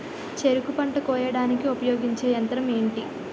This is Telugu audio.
చెరుకు పంట కోయడానికి ఉపయోగించే యంత్రం ఎంటి?